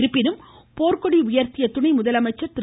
இருப்பினும் போர்க்கொடி உயர்த்திய துணை முதலமைச்சர் திரு